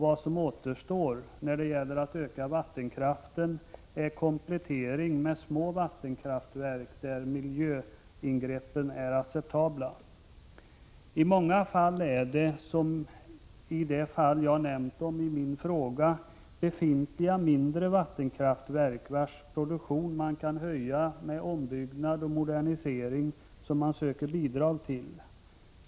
Vad som återstår när det gäller att öka vattenkraften är en komplettering med små vattenkraftverk där miljöingreppen är acceptabla. I många fall är det — som i det fall jag nämner i min fråga — till befintliga mindre vattenkraftverk, vilkas produktion man kan höja med ombyggnad och modernisering, som bidrag söks.